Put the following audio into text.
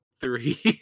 Three